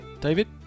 David